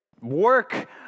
work